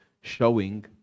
showing